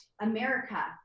America